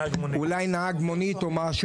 אולי נהג מונית או משהו,